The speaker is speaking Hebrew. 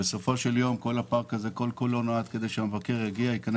בסופו של יום כל הפארק הזה נועד כדי שהמבקר ייכנס